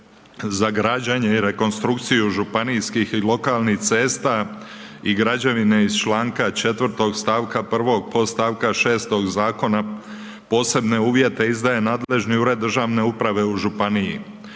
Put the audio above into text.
za građenje i rekonstrukciju županijskih i lokalnih cesta i građevine iz stavka 4. stavka 1. podstavka 6. Zakona, posebne uvjete izdaje nadležni ured državne uprave u županiji,